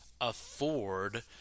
afford